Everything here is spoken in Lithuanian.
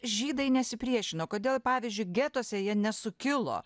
žydai nesipriešino kodėl pavyzdžiui getuose jie nesukilo